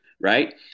right